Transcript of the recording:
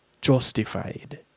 justified